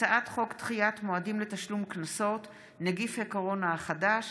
הצעת חוק דחיית מועדים לתשלום קנסות (נגיף הקורונה החדש),